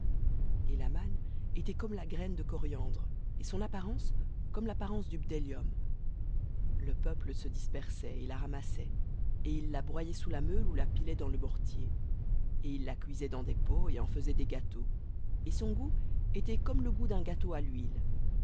et la manne était comme la graine de coriandre et son apparence comme l'apparence du bdellium le peuple se dispersait et la ramassait et ils la broyaient sous la meule ou la pilaient dans le mortier et ils la cuisaient dans des pots et en faisaient des gâteaux et son goût était comme le goût d'un gâteau à l'huile